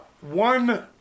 one